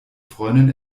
freundin